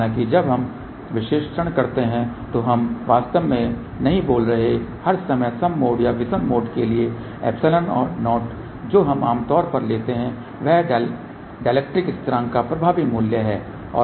हालांकि जब हम विश्लेषण करते हैं तो हम वास्तव में नहीं बोल रहे हैं हर समय सम मोड या विषम मोड के लिए ε0 जो हम आमतौर पर लेते हैं वह डाईएलेक्ट्रिक स्थिरांक का प्रभावी मूल्य है